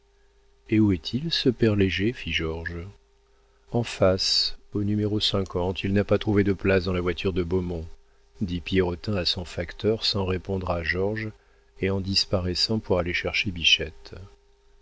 et où est-il ce père léger fit georges en face au numéro il n'a pas trouvé de place dans la voiture de beaumont dit pierrotin à son facteur sans répondre à georges et en disparaissant pour aller chercher